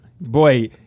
Boy